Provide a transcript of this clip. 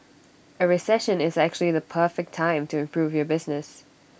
A recession is actually the perfect time to improve your business